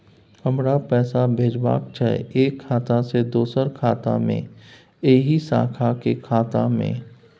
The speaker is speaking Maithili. हमरा पैसा भेजबाक छै एक खाता से दोसर खाता मे एहि शाखा के खाता मे?